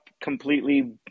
completely